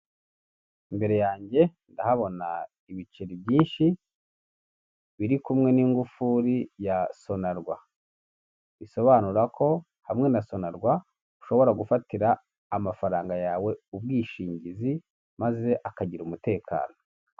Imbere yanjye ndahabona ibiceri byinshi biri kumwe n'ingufuri ya sonarwa, bisobanura ko hamwe na sonarwa ushobora gufatira amafaranga yawe ubwishingizi, maze akagira umutekano.